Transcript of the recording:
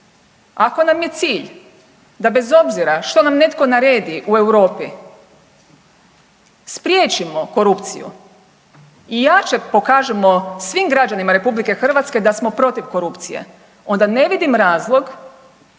Ako nam je cilj da bez obzira što nam netko naredi u Europi spriječimo korupciju i jače pokažemo svim građanima RH da smo protiv korupcije onda ne vidim razlog da